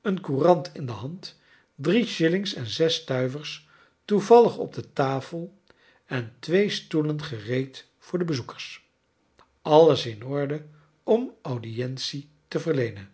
een courant in de hand drie shillings en zes stuivers toevallig op de tai'el en twee stoelen ger ed voor de bezoekers alles in orde om audientie te verleenen